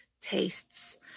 tastes